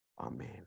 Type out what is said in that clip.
Amen